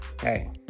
hey